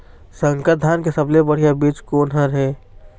संकर धान के सबले बढ़िया बीज कोन हर ये?